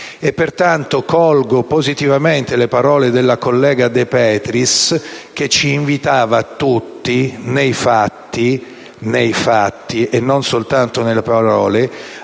quindi colgo positivamente le parole della collega De Petris che ci invitava tutti nei fatti - e non soltanto nelle parole -